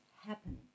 happen